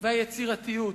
היצירתיות.